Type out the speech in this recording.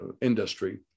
industry